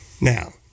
Now